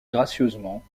gracieusement